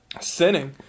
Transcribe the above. sinning